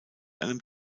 einem